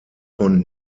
von